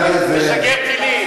לשגר טילים.